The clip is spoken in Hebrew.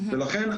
לכן,